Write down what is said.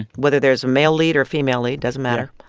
whether there's a male lead or female lead, doesn't matter.